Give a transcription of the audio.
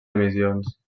emissions